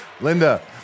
Linda